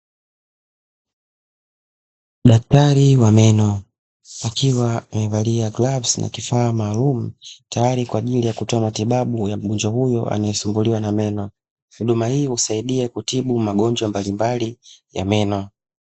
Daktari wa meno akiwa amevalia glavu na kifaa maalumu tayari kwa ajili ya kutoa matibabu ya mgonjwa huyo anayesumbuliwa na meno, huduma hii husaidia kutibu magonjwa mbalimbali ya meno.